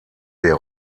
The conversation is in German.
der